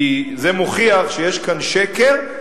כי זה מוכיח שיש כאן שקר,